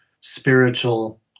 spiritual